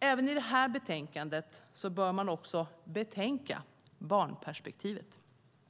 Även i detta betänkande bör man betänka barnperspektivet.